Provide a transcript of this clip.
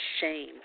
shame